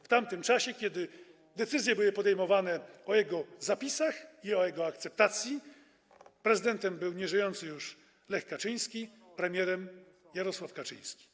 W tamtym czasie, kiedy były podejmowane decyzje o jego zapisach i jego akceptacji, prezydentem był nieżyjący już Lech Kaczyński, premierem - Jarosław Kaczyński.